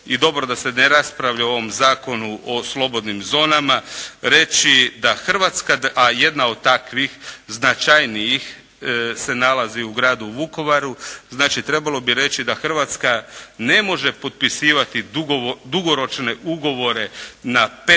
i dobro da se ne raspravlja o ovom Zakonu o slobodnim zonama, reći da Hrvatska a jedna od takvih značajnih se nalazi u gradu Vukovaru, znači trebalo bi reći da Hrvatska ne može potpisivati dugoročne ugovore na 15 do